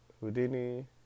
Houdini